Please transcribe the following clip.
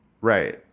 Right